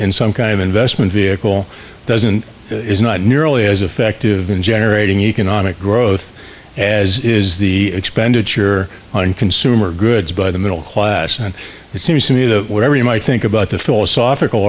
and some kind of investment vehicle doesn't is not nearly as effective in generating economic growth as is the expenditure on consumer goods by the middle class and it seems to me that whatever you might think about the philosophical